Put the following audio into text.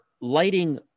lighting